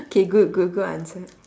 okay good good good answer